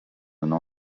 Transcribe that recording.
nom